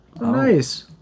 nice